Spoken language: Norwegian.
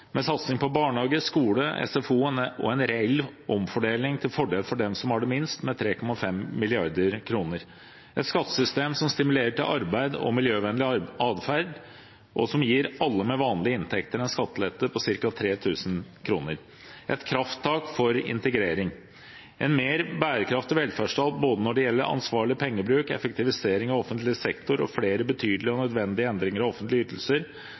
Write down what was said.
med satsing på barnehage, skole, SFO og en reell omfordeling til fordel for dem som har minst, med 3,5 mrd. kr; et skattesystem som stimulerer til arbeid og miljøvennlig atferd, og som gir alle med vanlige inntekter en skattelette på ca. 3 000 kr; et krafttak for integrering; en mer bærekraftig velferdsstat både når det gjelder ansvarlig pengebruk, effektivisering av offentlig sektor og flere betydelige og nødvendige endringer i offentlige ytelser,